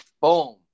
boom